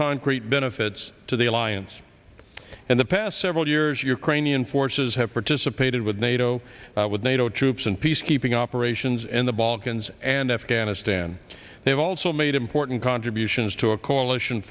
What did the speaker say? concrete benefits to the alliance and the past several years ukrainian forces have participated with nato with nato troops and peacekeeping operations in the balkans and afghanistan they've also made important contributions to a coalition